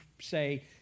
say